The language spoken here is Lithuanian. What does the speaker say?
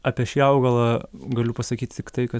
apie šį augalą galiu pasakyti tiktai kad